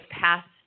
passed